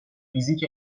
فیزیک